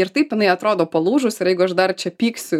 ir taip jinai atrodo palūžus ir jeigu aš dar čia pyksiu